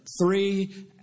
three